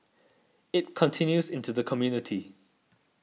it continues into the community